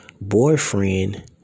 Boyfriend